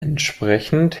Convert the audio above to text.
entsprechend